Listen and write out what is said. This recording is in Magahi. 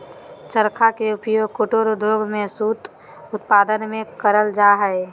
चरखा के उपयोग कुटीर उद्योग में सूत उत्पादन में करल जा हई